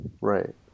right